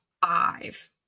five